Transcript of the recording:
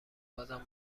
بازم